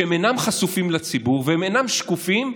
שאינם חשופים לציבור ואינם שקופים.